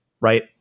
right